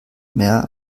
mehr